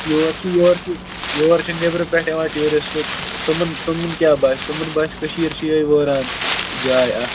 یور چھِ یور چھِ یورٕ چھِ نٮ۪برٕ پٮ۪ٹھ یِوان ٹوٗرسٹہٕ تِمن تِمن کیٛاہ باسہِ تِمن باسہِ کٔشیٖر چھِ یِہَے وٲران جاے اَکھ